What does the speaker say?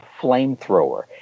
flamethrower